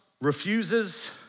refuses